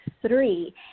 three